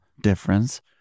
difference